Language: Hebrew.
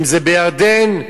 אם בירדן,